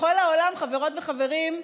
בכל העולם, חברות וחברים,